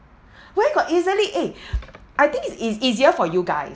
where got easily eh I think it it's easier for you guy